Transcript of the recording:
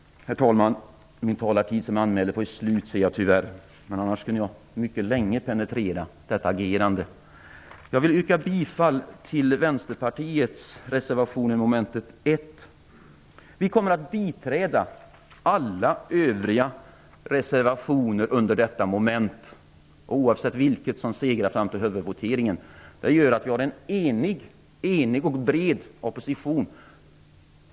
Herr talman! Den talartid som jag anmälde är tyvärr slut. Annars skulle jag kunna penetrera detta agerande mycket länge. Jag vill yrka bifall till Vänsterpartiets reservation under mom. 1. Vi kommer också att biträda alla övriga reservationer under detta moment i huvudvoteringen. Det gör att vi har en enig och bred opposition.